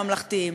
הממלכתיים,